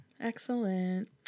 Excellent